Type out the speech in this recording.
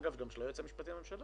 אגב גם של היועץ המשפטי של הממשלה,